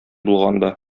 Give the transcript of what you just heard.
булганда